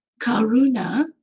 karuna